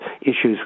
issues